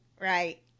right